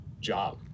job